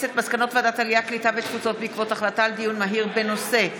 מס' 10 והוראת שעה לשנת 2020) (תיקון מס' 2)